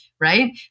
right